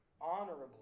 honorably